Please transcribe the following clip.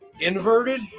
inverted